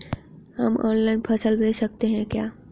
हम ऑनलाइन फसल बेच सकते हैं क्या?